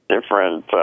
different